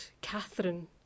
Catherine